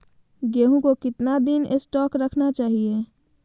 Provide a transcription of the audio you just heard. गेंहू को कितना दिन स्टोक रखना चाइए?